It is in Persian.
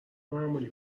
معمولی